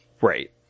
Right